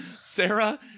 Sarah